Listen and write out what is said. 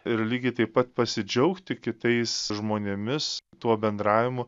ir lygiai taip pat pasidžiaugti kitais žmonėmis tuo bendravimu